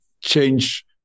change